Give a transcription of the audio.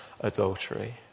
adultery